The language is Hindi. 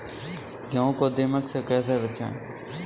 गेहूँ को दीमक से कैसे बचाएँ?